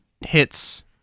hits